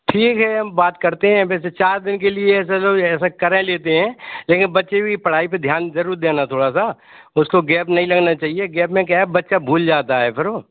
ठीक है हम बात करते हैं वैसे चार दिन के लिए ऐसा तो ऐसा कर ही लेते हैं लेकिन बच्चे की पढ़ाई पर ध्यान ज़रूर देना थोड़ा सा उसको गैप नहीं लगना चाहिए गैप में क्या है बच्चा भूल जाता है फिर वो